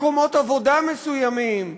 מקומות עבודה מסוימים,